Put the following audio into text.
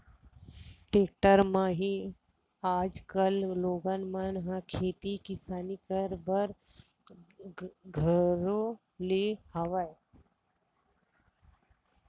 tractor म ही आजकल लोगन मन ह खेती किसानी करे बर धर ले हवय